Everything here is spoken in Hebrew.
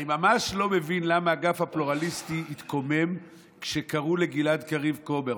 אני ממש לא מבין למה האגף הפלורליסטי התקומם כשקראו לגלעד קריב "כומר".